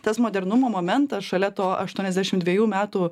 tas modernumo momentas šalia to aštuoniasdešim dvejų metų